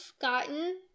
gotten